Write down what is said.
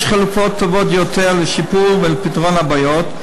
יש חלופות טובות יותר לשיפור ולפתרון הבעיות,